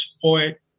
support